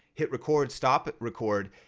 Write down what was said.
hit record, stop it record.